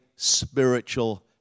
spiritual